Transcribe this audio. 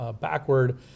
backward